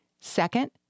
Second